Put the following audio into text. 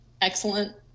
excellent